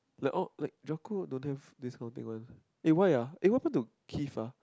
like all like Jacko don't have this kind of thing one eh why ah what happen to Keefe ah